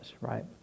right